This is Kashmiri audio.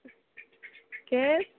کیٛازِ